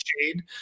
shade